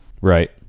Right